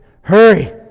hurry